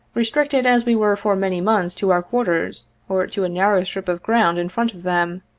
restricted as we were for many months to our quarters or to a narrow strip of ground in front of them,